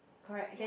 correct then